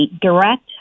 direct